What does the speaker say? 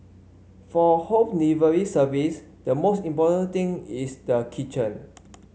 for home delivery service the most important thing is the kitchen